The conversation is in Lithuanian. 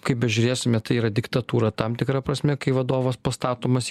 kaip bežiūrėsime tai yra diktatūra tam tikra prasme kai vadovas pastatomas